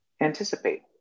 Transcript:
anticipate